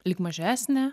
lyg mažesnė